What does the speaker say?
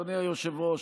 אדוני היושב-ראש,